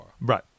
Right